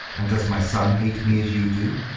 and does my son hate me as you do?